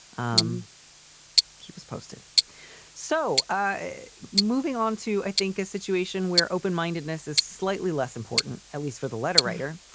um keep us posted so moving on to, i think, a situation where open mindedness is slightly less important, at least for the letter writer.